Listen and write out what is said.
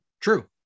True